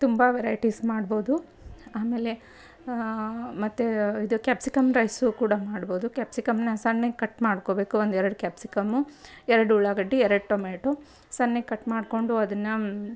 ತುಂಬ ವೆರೈಟಿಸ್ ಮಾಡ್ಬೋದು ಆಮೇಲೆ ಮತ್ತೆ ಇದು ಕ್ಯಾಪ್ಸಿಕಮ್ ರೈಸು ಕೂಡ ಮಾಡ್ಬೋದು ಕ್ಯಾಪ್ಸಿಕಮ್ಮನ್ನ ಸಣ್ಣಗೆ ಕಟ್ ಮಾಡ್ಕೋಬೇಕು ಒಂದು ಎರಡು ಕ್ಯಾಪ್ಸಿಕಮ್ಮು ಎರಡು ಉಳ್ಳಾಗಡ್ಡಿ ಎರಡು ಟೊಮೇಟೊ ಸಣ್ಣಗೆ ಕಟ್ ಮಾಡಿಕೊಂಡು ಅದನ್ನು